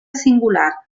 singular